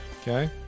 Okay